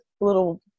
little